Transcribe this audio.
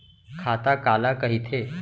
खाता काला कहिथे?